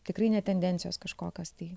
tikrai ne tendencijos kažkokios tai